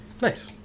Nice